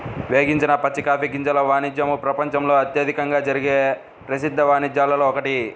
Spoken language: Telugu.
వేగించని పచ్చి కాఫీ గింజల వాణిజ్యము ప్రపంచంలో అత్యధికంగా జరిగే ప్రసిద్ధ వాణిజ్యాలలో ఒకటి